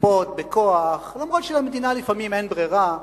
לכפות בכוח, אף שלמדינה לפעמים אין ברירה.